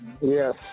Yes